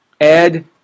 Ed